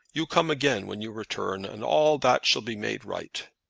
you come again when you return, and all that shall be made right.